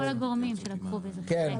להלן תרגומם: תודה לכל הגורמים שלקחו בזה חלק,